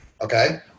Okay